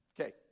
Okay